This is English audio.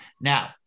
Now